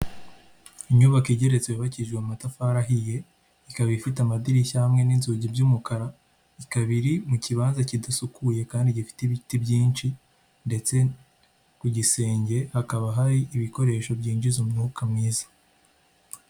Inyubako igeretse yubakishijwe amatafari ahiye, ikaba ifite amadirishya hamwe n'inzugi by'umukara, ikab’iri mu kibanza kidasukuye kandi kidafite ibiti byinshi, ndetse ku gisenge hakaba hari ibikoresho byinjiza umwuka mwiza.